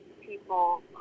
People